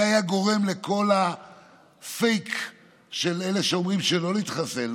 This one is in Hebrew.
זה היה גורם לכל הפייק של אלה שאומרים שלא להתחסן,